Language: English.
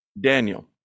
Daniel